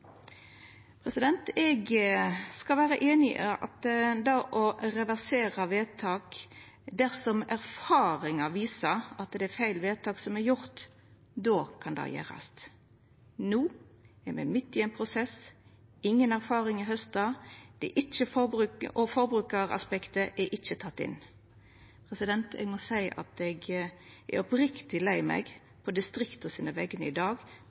einig i at dersom erfaringar viser at det er gjort feil vedtak, då kan dei reverserast. No er me midt i ein prosess, ingen erfaringar er hausta, og forbrukaraspektet er ikkje teke inn. Eg må seia at eg er oppriktig lei meg på vegner av distrikta i dag